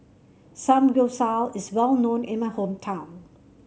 Samgyeopsal is well known in my hometown